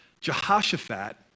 Jehoshaphat